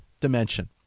dimension